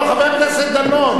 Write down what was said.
חבר הכנסת דנון,